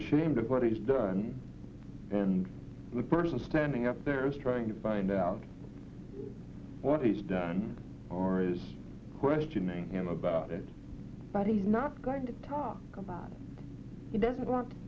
ashamed of what he's done and the person standing up there is trying to find out what he's done or is questioning him about it but he's not going to talk about he doesn't want to